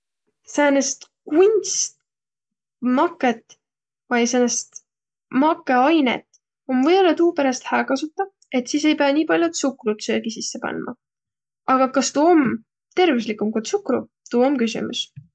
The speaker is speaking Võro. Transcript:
Säänest kunstmakõt vai makõainõt om või-ollaq tuuperäst hää kasutaq, et sis ei piäq nii pall'o tsukrut söögi sisse pandma. Aga kas tuu om tervüsligumb ku tsukru, tuu om küsümüs.